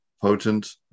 potent